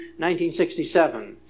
1967